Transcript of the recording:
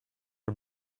are